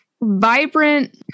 vibrant